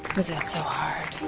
was that so hard?